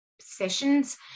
sessions